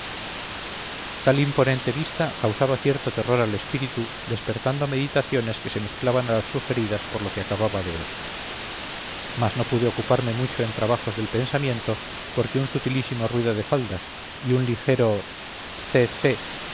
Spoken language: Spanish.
tal imponente vista causaba cierto terror al espíritu despertando meditaciones que se mezclaban a las sugeridas por lo que acababa de ver mas no pude ocuparme mucho en trabajos del pensamiento porque un sutilísimo ruido de faldas y un ligero ce